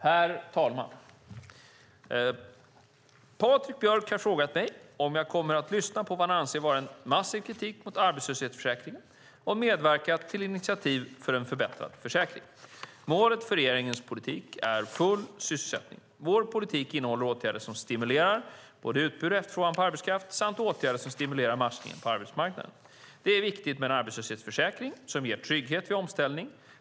Herr talman! Patrik Björck har frågat mig om jag kommer att lyssna på vad han anser vara en massiv kritik mot arbetslöshetsförsäkringen och medverka till initiativ för en förbättrad försäkring. Målet för regeringens politik är full sysselsättning. Vår politik innehåller åtgärder som stimulerar både utbud och efterfrågan på arbetskraft samt åtgärder som stimulerar matchningen på arbetsmarknaden. Det är viktigt med en arbetslöshetsförsäkring som ger trygghet vid omställning.